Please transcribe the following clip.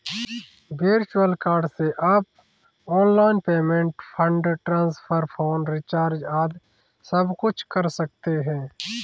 virtual card से आप online payment, fund transfer, phone recharge आदि सबकुछ कर सकते हैं